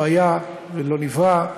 לא היה ולא נברא.